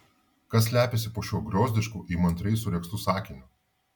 kas slepiasi po šiuo griozdišku įmantriai suregztu sakiniu